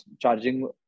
charging